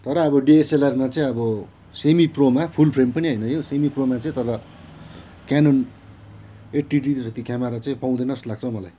तर अब डिएसएलआरमा चाहिँ अब सेमी प्रोममा फुल फ्रेम पनि होइन यो सेमी प्रोमा चाहिँ तर क्यानोन एट्टी डी जति क्यामरा चाहिँ पाउँदैन जस्तो लाग्छ मलाई